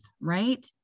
right